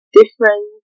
different